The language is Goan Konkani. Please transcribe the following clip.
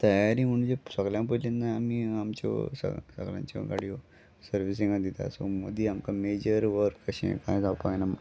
तयारी म्हणजे सगळ्यांत पयलीं आमी आमच्यो सगळ्यांच्यो गाडयो सर्विसिंगाक दितात सो मदीं आमकां मेजर वर्क अशें कांय जावपाक जायना